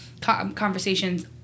conversations